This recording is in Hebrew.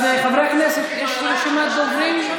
אז חברי הכנסת, יש רשימת דוברים.